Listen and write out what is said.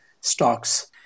stocks